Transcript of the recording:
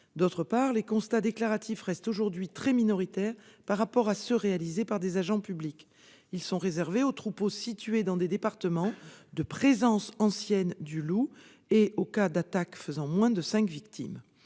ailleurs, les constats déclaratifs restent aujourd'hui très minoritaires par rapport à ceux réalisés par des agents publics. Ils sont réservés aux troupeaux situés dans des départements de présence ancienne du loup, et aux cas d'attaques faisant moins de cinq victimes.